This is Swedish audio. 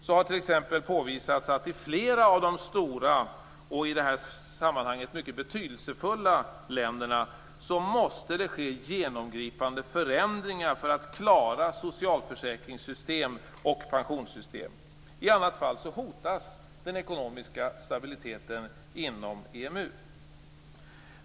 Så har t.ex. påvisats att i flera av de stora och i det här sammanhanget mycket betydelsefulla länderna måste genomgripande förändringar ske för att klara socialförsäkringssystem och pensionssystem. I annat fall hotas den ekonomiska stabiliteten inom EMU.